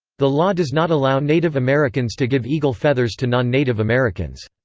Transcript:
the law does not allow native americans to give eagle feathers to non-native americans.